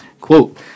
Quote